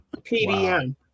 PDM